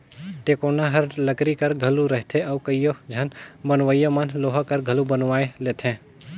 टेकोना हर लकरी कर घलो रहथे अउ कइयो झन बनवइया मन लोहा कर घलो बनवाए लेथे